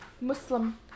muslim